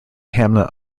hamlet